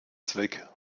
zweck